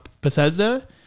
Bethesda